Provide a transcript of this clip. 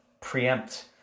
preempt